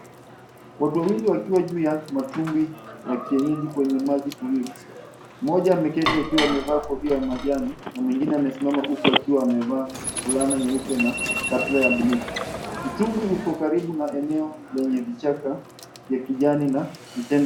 Watu wawili wakiwa juu ya matumbwi ya kienyeji kwenye maji tulivu. Mmoja ameketi akiwa amevaa kofia ya majani na mwengine amesimama huku akiwa amevaa fulana nyeupe na kaptura ya buluu. Mtungwi uko karibu na eneo lenye vichaka ya kijani na kijani.